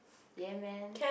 ya man